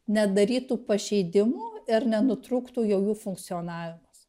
nedarytų pažeidimų ir nenutrūktų jau jų funkcionavimas